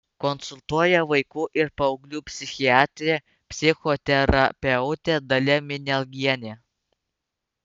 konsultuoja vaikų ir paauglių psichiatrė psichoterapeutė dalia minialgienė